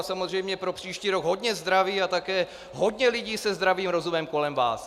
A samozřejmě pro příští rok hodně zdraví a také hodně lidí se zdravým rozumem kolem vás.